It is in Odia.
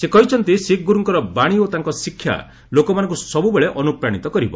ସେ କହିଛନ୍ତି ଶିଖ୍ ଗୁରୁଙ୍କର ବାଣୀ ଓ ତାଙ୍କ ଶିକ୍ଷା ଲୋକମାନଙ୍କୁ ସବୁବେଳେ ଅନୁପ୍ରାଣିତ କରିବ